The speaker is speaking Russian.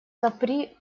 отопри